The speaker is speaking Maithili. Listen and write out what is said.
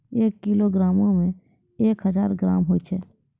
एक किलोग्रामो मे एक हजार ग्राम होय छै